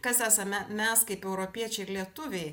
kas esame mes kaip europiečiai ir lietuviai